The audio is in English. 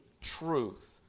truth